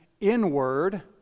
inward